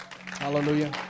Hallelujah